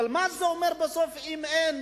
מה זה אומר בסוף אם אין